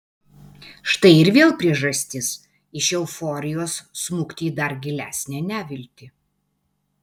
štai ir vėl priežastis iš euforijos smukti į dar gilesnę neviltį